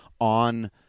on